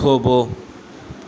થોભો